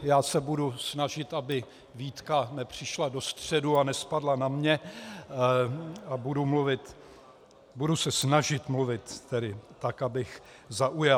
Já se budu snažit, aby výtka nepřišla do středu a nespadla na mě, a budu mluvit budu se snažit mluvit tedy tak, abych zaujal.